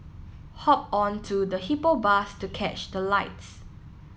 hop onto the Hippo Bus to catch the lights